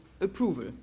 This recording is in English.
approval